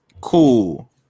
cool